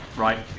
right?